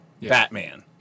Batman